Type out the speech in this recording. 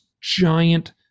giant